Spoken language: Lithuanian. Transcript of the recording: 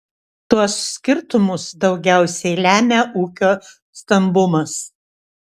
tuos skirtumus daugiausiai lemia ūkio stambumas